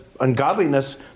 ungodliness